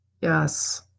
Yes